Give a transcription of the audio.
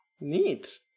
Neat